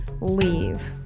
leave